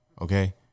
okay